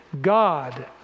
God